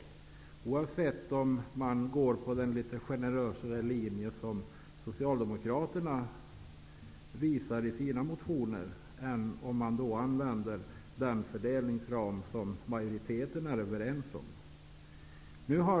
Det gäller oavsett om man går på den litet generösare linje som Socialdemokraterna anvisar i sin motion eller om man använder den fördelningsram som majoriteten är överens om. Fru talman!